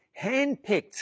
handpicked